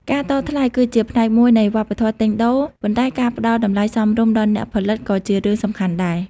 ការតថ្លៃគឺជាផ្នែកមួយនៃវប្បធម៌ទិញដូរ ប៉ុន្តែការផ្តល់តម្លៃសមរម្យដល់អ្នកផលិតក៏ជារឿងសំខាន់ដែរ។